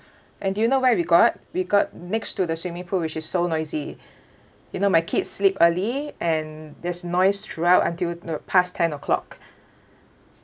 and do you know where we got we got next to the swimming pool which is so noisy you know my kids sleep early and there's noise throughout until past ten O clock